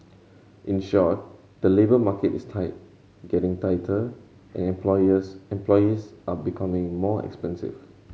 in short the labour market is tight getting tighter and employers employees are becoming more expensive